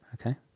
Okay